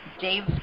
Dave